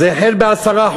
זה החל ב-10%,